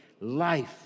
life